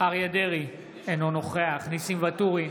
אריה מכלוף דרעי, אינו נוכח ניסים ואטורי,